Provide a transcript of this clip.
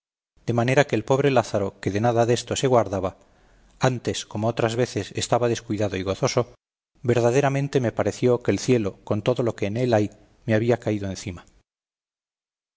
de manera que el pobre lázaro que de nada desto se guardaba antes como otras veces estaba descuidado y gozoso verdaderamente me pareció que el cielo con todo lo que en él hay me había caído encima